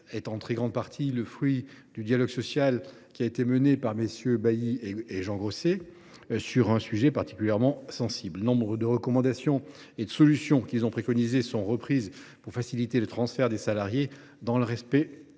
est en large partie le fruit du dialogue social mené par MM. Bailly et Grosset, sur un sujet particulièrement sensible. Nombre des recommandations et des solutions qu’ils ont préconisées sont reprises pour faciliter le transfert des salariés dans le respect